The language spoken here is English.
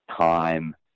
time